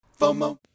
FOMO